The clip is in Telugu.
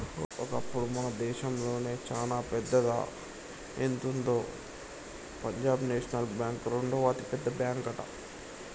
ఒకప్పుడు మన దేశంలోనే చానా పెద్దదా ఎంతుందో పంజాబ్ నేషనల్ బ్యాంక్ రెండవ అతిపెద్ద బ్యాంకట